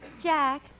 Jack